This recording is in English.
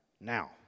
now